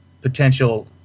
potential